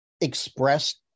expressed